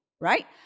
right